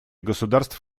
государств